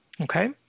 Okay